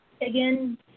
again